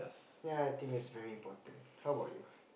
yea I think is very important how about you